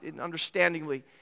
understandingly